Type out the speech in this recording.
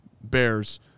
Bears